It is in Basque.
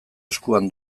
eskuan